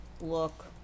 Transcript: look